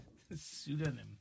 pseudonym